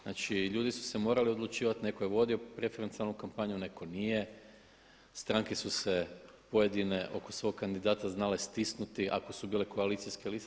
Znači ljudi su se morali odlučivati, neko je vodio preferencijalnu kampanju, neko nije, stranke su se pojedine oko svog kandidata znale stisnuti ako su bile koalicijske liste.